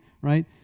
right